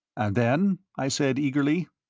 and then? i said, eagerly.